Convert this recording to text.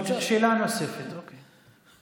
שאלה נוספת, אוקיי.